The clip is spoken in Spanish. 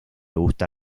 gusta